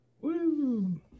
Woo